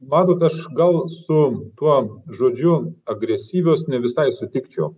matot aš gal su tuo žodžiu agresyvios ne visai sutikčiau